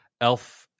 elf